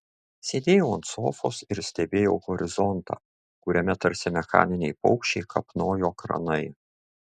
sėdėjau ant sofos ir stebėjau horizontą kuriame tarsi mechaniniai paukščiai kapnojo kranai